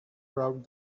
proud